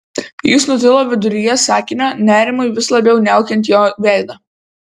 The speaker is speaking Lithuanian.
jis nutilo viduryje sakinio nerimui vis labiau niaukiant jo veidą